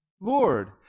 Lord